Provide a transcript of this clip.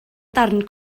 darn